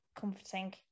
comforting